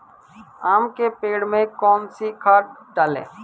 आम के पेड़ में कौन सी खाद डालें?